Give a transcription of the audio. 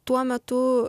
tuo metu